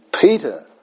Peter